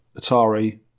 Atari